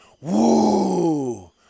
woo